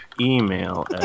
email